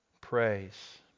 praise